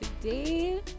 today